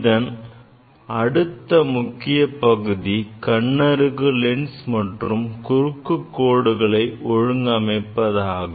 இதன் அடுத்த முக்கிய பகுதி கண்ணருகு லென்ஸ் மற்றும் குறுக்குக் கோடுகளை ஒழுங்கமைப்பதாகும்